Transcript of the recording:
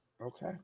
Okay